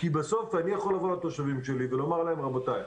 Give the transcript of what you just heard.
כי בסוף אני יכול לבוא לתושבים שלי ולומר להם: רבותיי,